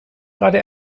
grade